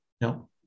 No